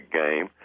game